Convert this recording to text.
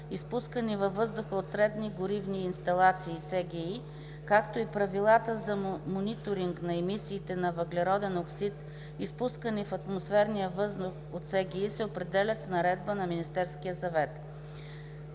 изпускани във въздуха от средни горивни инсталации (СГИ), както и правилата за мониторинг на емисиите на въглероден оксид, изпускани в атмосферния въздух от СГИ, се определят с наредба на Министерския съвет.